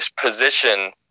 position